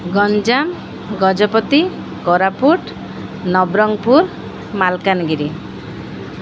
Ganjam Gajapati Koraput Nabarangpur Malkangiri